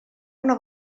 una